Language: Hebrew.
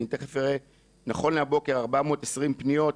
נכון להבוקר יש 420 פניות,